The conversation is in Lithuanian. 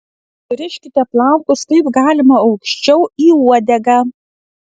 suriškite plaukus kaip galima aukščiau į uodegą